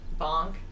bonk